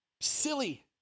Silly